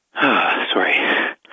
sorry